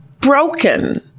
broken